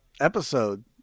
episode